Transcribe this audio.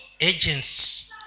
agents